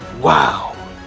Wow